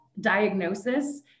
diagnosis